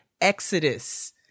exodus